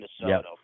Minnesota